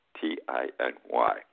T-I-N-Y